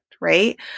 Right